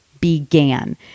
began